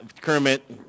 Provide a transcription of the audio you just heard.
kermit